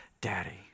Daddy